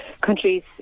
Countries